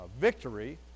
victory